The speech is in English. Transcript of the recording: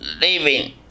living